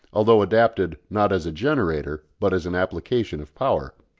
although adapted, not as a generator, but as an application of power.